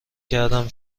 کردم